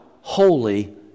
holy